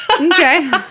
Okay